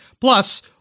Plus